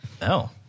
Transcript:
No